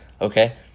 okay